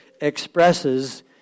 expresses